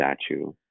statue